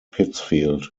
pittsfield